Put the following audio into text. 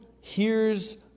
hears